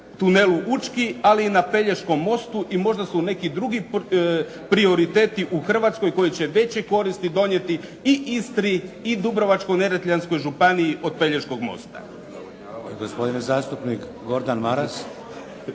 tunelu Učki, ali i na Pelješkom mostu i možda su neki drugi prioriteti u Hrvatskoj koji će veće koristi donijeti i Istri i Dubrovačko-neretljanskoj županiji od Pelješkog mosta.